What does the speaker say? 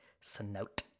snout